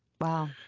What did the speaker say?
Wow